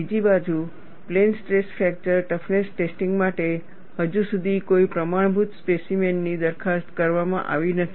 બીજી બાજુ plane stress fracture toughness testing માટે હજુ સુધી કોઈ પ્રમાણભૂત સ્પેસીમેન ઓની દરખાસ્ત કરવામાં આવી નથી